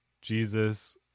Jesus